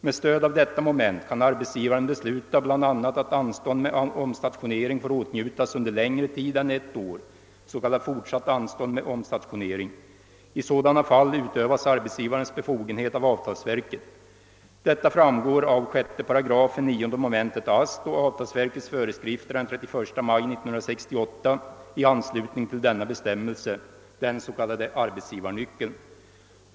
Med stöd av detta moment kan arbetsgivaren besluta bl.a. att anstånd med omstationering får åtnjutas under längre tid än ett år, s.k. fortsatt anstånd med omstationering. I sådana fall utövas arbetsgivarens befogenhet av avtalsverket. Detta framgår av 6 8 9 mom. AST och avtalsverkets föreskrifter den 31 maj 1968 i anslutning till denna bestämmelse .